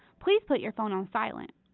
please put your phone on silent.